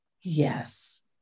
yes